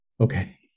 Okay